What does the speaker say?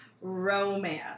Romance